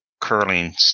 curling